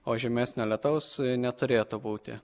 o žymesnio lietaus neturėtų būti